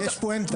יש פואנטה.